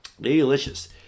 delicious